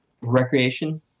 recreation